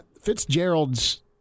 Fitzgerald's